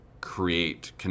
create